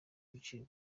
biciye